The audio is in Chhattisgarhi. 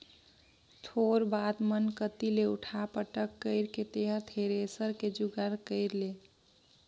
थोर बात मन कति ले उठा पटक कइर के तेंहर थेरेसर के जुगाड़ कइर ले